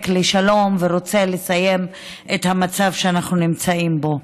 לשלום ורוצה לסיים את המצב שאנחנו נמצאים בו.